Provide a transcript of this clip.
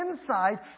inside